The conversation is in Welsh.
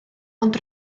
ond